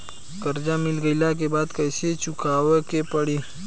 कर्जा मिल गईला के बाद कैसे कैसे चुकावे के पड़ी?